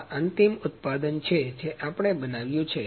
આ અંતિમ ઉત્પાદન છે જે આપણે બનાવ્યું છે